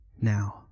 now